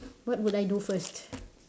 what would I do first